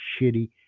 shitty